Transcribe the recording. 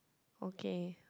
okay